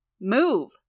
Move